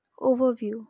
Overview